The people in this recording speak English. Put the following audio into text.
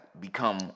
become